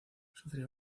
sufría